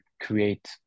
create